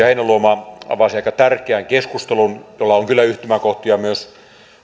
heinäluoma avasi aika tärkeän keskustelun jolla on kyllä yhtymäkohtia myös